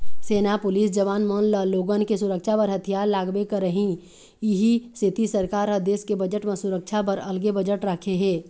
सेना, पुलिस जवान मन ल लोगन के सुरक्छा बर हथियार लागबे करही इहीं सेती सरकार ह देस के बजट म सुरक्छा बर अलगे बजट राखे हे